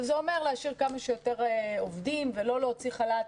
שזה אומר להשאיר כמה שיותר עובדים ולא להוציא לחל"ת.